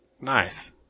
Nice